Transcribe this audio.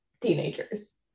teenagers